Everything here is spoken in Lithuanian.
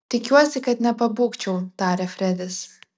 tikiuosi kad nepabūgčiau tarė fredis